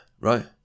right